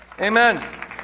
Amen